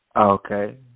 Okay